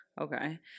Okay